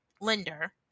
lender